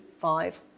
five